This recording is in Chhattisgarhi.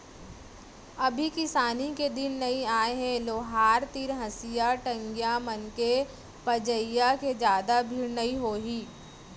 अभी किसानी के दिन नइ आय हे लोहार तीर हँसिया, टंगिया मन के पजइया के जादा भीड़ नइ होही